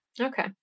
Okay